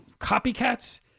copycats